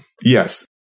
Yes